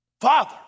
Father